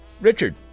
Richard